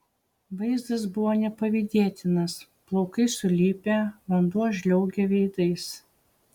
vaizdas buvo nepavydėtinas plaukai sulipę vanduo žliaugia veidais